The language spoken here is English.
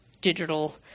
digital